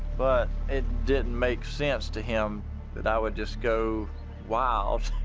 but it didn't make sense to him that i would just go wild,